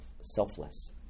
selfless